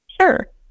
sure